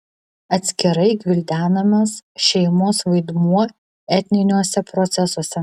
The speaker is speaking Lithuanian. atskirai gvildenamas šeimos vaidmuo etniniuose procesuose